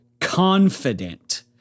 confident